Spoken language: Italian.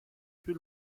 più